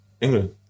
England